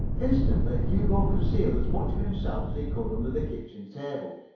instantly, hugo concealed as much of himself as he could under the kitchen table.